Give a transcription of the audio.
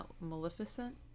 Maleficent